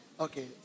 Okay